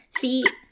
feet